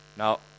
Now